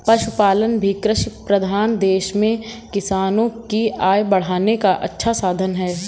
पशुपालन भी कृषिप्रधान देश में किसानों की आय बढ़ाने का अच्छा साधन है